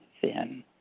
Thin